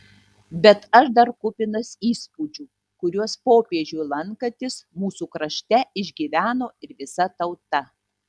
bet aš dar kupinas įspūdžių kuriuos popiežiui lankantis mūsų krašte išgyveno ir visa tauta